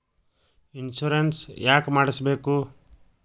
Insurance ಯಾಕ್ ಮಾಡಿಸಬೇಕು?